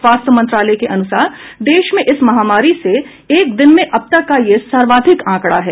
स्वास्थ्य मंत्रालय के अनुसार देश में इस महामारी से एक दिन में अब तक का यह सर्वाधिक आंकड़ा है